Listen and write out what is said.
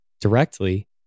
directly